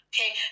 Okay